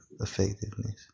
effectiveness